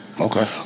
Okay